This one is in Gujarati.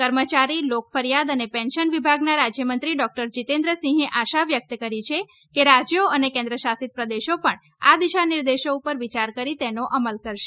કર્મચારી લોક ફરિથાદ અને પેન્શન વિભાગના રાજ્યમંત્રી ડોક્ટર જીતેન્દ્રસિંહે આશા વ્યકત કરી છે કે રાજ્યો અને કેન્દ્ર શાસિત પ્રદેશો પણ આ દિશા નિર્દેશો પર વિચાર કરી તેનો અમલ કરશે